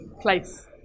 place